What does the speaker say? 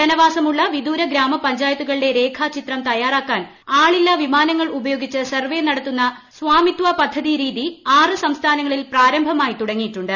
ജനവാസമുള്ള വിദൂര ഗ്രാമപ്രദേശങ്ങളുടെ രേഖാചിത്രം തയ്യാറാക്കാൻ ആളില്ല വിമാനങ്ങൾ ഉപയോഗിച്ച് സർവേ നടത്തുന്ന സ്ഥമിത്വാ പദ്ധതി രീതി ് ആറ് സംസ്ഥാനങ്ങളിൽ പ്രാരംഭമായി തുടങ്ങിയിട്ടുണ്ട്